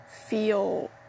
feel